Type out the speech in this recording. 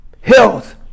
health